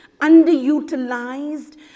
underutilized